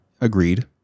Agreed